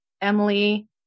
Emily